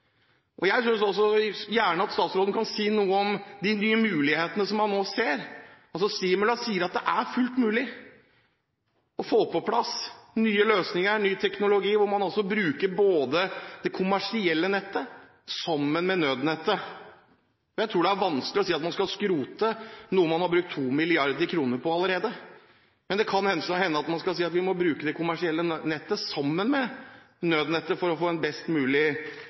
Jeg synes at statsråden gjerne kan si noe om de nye mulighetene man nå ser. Simula sier at det er fullt mulig å få på plass nye løsninger, ny teknologi, hvor man bruker det kommersielle nettet sammen med nødnettet. Jeg tror det er vanskelig å si at man skal skrote noe man har brukt 2 mrd. kr på allerede. Men det kan hende at man skal si at vi må bruke det kommersielle nettet sammen med nødnettet for å få en best mulig